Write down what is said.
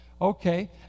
Okay